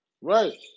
Right